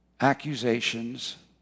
accusations